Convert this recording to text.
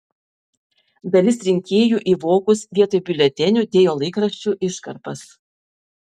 dalis rinkėjų į vokus vietoj biuletenių dėjo laikraščių iškarpas